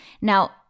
Now